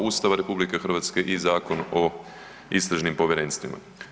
Ustava RH i Zakon o istražnim povjerenstvima.